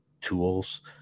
tools